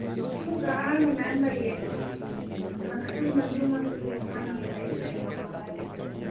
ꯎꯝ ꯑꯩꯈꯣꯏ ꯀꯥ ꯑꯍꯥꯡꯕ ꯃꯌꯥꯝ ꯂꯩꯌꯦ ꯌꯨꯝ ꯃꯊꯛꯇꯨ ꯌꯥꯝ ꯍꯥꯡꯉꯦ ꯂꯩ ꯅꯧꯅꯦ ꯚꯔꯥ ꯇꯤꯡꯗ꯭ꯔꯁꯨ